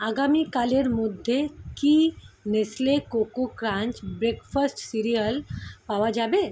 আগামীকালের মধ্যে কি Nestle Koko Krunch breakfast cereal পাওয়া যাবে